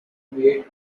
made